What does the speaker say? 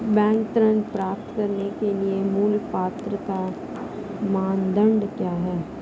Bank ऋण प्राप्त करने के लिए मूल पात्रता मानदंड क्या हैं?